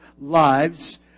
lives